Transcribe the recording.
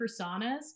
personas